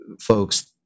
folks